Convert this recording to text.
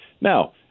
Now